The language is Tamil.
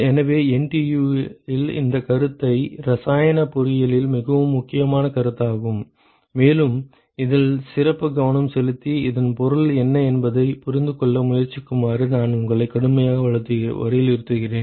எனவே NTU இந்த கருத்து இரசாயன பொறியியலில் மிகவும் முக்கியமான கருத்தாகும் மேலும் இதில் சிறப்பு கவனம் செலுத்தி இதன் பொருள் என்ன என்பதைப் புரிந்துகொள்ள முயற்சிக்குமாறு நான் உங்களை கடுமையாக வலியுறுத்துகிறேன்